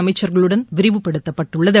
அமைச்சர்களுடன் விரிவுபடுத்தப்பட்டுள்ளது